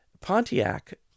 Pontiac